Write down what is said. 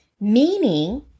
meaning